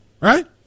right